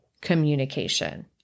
communication